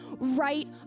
right